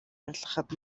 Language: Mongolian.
арилгахад